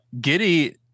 Giddy